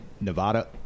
Nevada